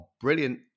brilliant